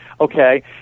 okay